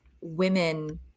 women